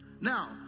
Now